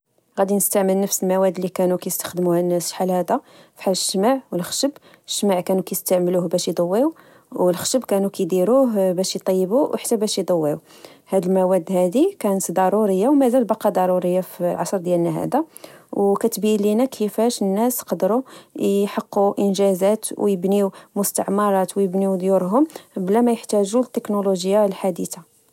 غادي نستعمل نفس المواد اللي كانو كيستخدموها الناس، شحال هذا فحال إجتمع و الخشب الشمع كانو كيستعملوه باش يضويو، و الخشب كانو كيديروه باش يطيبو، و حتى باش يضويو هاذ المواد هاذي كانت ضرورية، و مازال بقى ضرورية في العصر ديالنا، هذا، و كتبين لينا كيفاش الناس قدرو يحققو إنجازات، و يبنيو مستعمرات، و يبنيو ديورهم بلا ما يحتاجو التكنولوجيا الحديثة